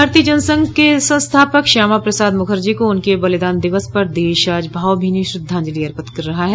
भारतीय जनसंघ के संस्थापक श्यामा प्रसाद मुखर्जी को उनके बलिदान दिवस पर देश आज भावभीनी श्रद्धांजलि अर्पित कर रहा है